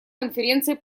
конференции